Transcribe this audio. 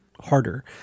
harder